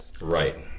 Right